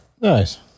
Nice